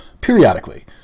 periodically